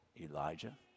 Elijah